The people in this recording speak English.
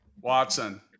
Watson